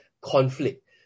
conflict